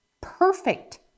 perfect